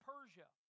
Persia